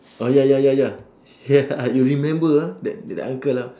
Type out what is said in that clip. oh ya ya ya ya ya you remember ah that that uncle ah